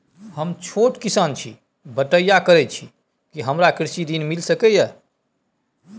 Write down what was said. हम छोट किसान छी, बटईया करे छी कि हमरा कृषि ऋण मिल सके या?